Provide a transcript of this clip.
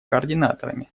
координаторами